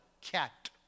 cat